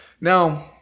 Now